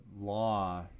law